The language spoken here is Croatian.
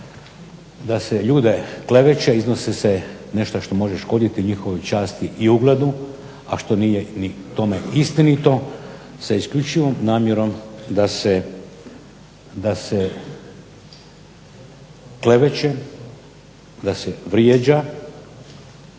da se ljude kleveće, iznosi se nešto što može škoditi njihovoj časti i ugledu, a što nije ni k tome istinito, sa isključivom namjerom da se kleveće, da se vrijeđa